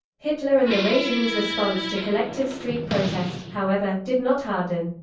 hitler and the regime's response to collective street protest, however, did not harden.